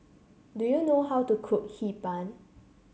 do you know how to cook Hee Pan